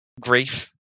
grief